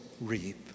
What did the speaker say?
reap